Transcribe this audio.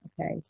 okay